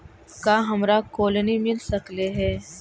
का हमरा कोलनी मिल सकले हे?